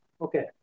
Okay